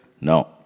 No